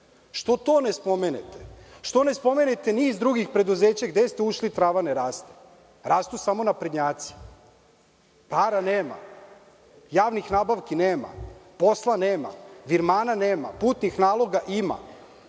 Što to ne spomenete? Što ne spomene niz drugih preduzeća. Gde ste ušli trava ne raste. Rastu samo naprednjaci. Para nema. Javnih nabavki nema. Posla nema. Virmana nema. Putnih naloga ima.